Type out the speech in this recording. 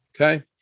Okay